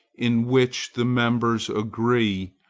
in which the members agree,